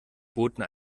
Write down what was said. boten